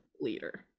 leader